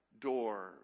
door